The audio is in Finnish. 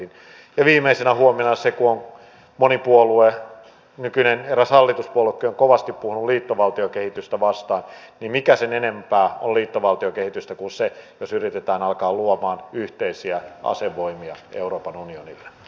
viimeisenä huomiona se että kun moni puolue eräs nykyinen hallituspuoluekin on kovasti puhunut liittovaltiokehitystä vastaan niin mikä sen enempää on liittovaltiokehitystä kuin se jos yritetään alkaa luomaan yhteisiä asevoimia euroopan unionille